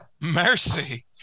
mercy